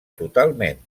totalment